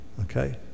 okay